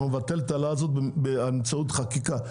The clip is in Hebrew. אנחנו נבטל את העלאה הזאת באמצעות חקיקה,